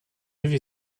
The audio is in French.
rives